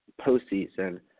postseason